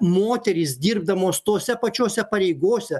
moterys dirbdamos tose pačiose pareigose